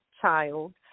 child